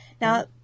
Now